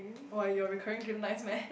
why your recurring dream nice meh